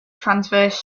transverse